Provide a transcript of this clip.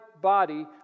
body